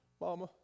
mama